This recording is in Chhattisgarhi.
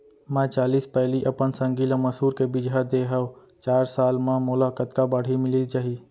मैं चालीस पैली अपन संगी ल मसूर के बीजहा दे हव चार साल म मोला कतका बाड़ही मिलिस जाही?